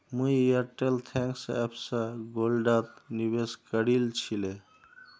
मुई Airtel thanks app स गोल्डत निवेश करील छिले